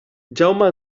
jaume